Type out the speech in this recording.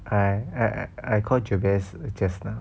I I I call jebas just now